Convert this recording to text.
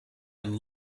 and